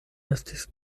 estis